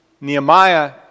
Nehemiah